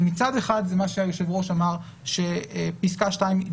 מצד אחד זה מה שהיושב ראש אמר שפסקה (2) היא